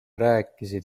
rääkisid